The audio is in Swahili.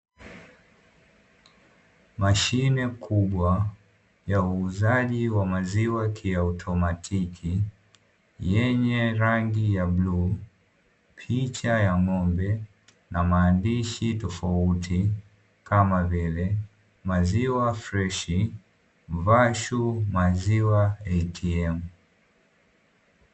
Mashine kubwa ya uuzaji wa maziwa kiautomatiki yenye rangi ya bluu, picha ya ng'ombe na maandishi tofauti kama vile maziwa freshi "Vashu maziwa ATM".